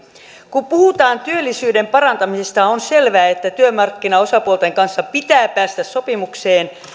kun puhutaan työllisyyden parantamisesta on selvää että työmarkkinaosapuolten kanssa pitää päästä sopimukseen